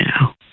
now